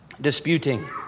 disputing